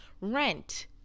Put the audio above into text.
Rent